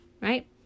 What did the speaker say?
Right